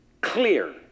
Clear